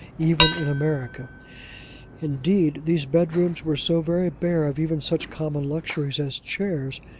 even in america indeed, these bedrooms were so very bare of even such common luxuries as chairs,